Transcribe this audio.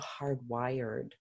hardwired